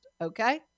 Okay